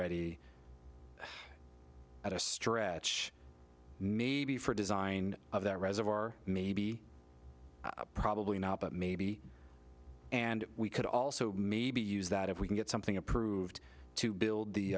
ready at a stretch maybe for design of that reservoir maybe probably not but maybe and we could also maybe use that if we can get something approved to build the